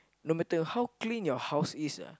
no matter how clean your house is ah